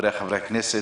חבריי חברי הכנסת.